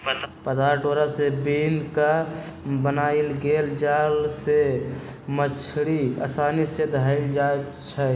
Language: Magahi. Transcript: पातर डोरा से बिन क बनाएल गेल जाल से मछड़ी असानी से धएल जाइ छै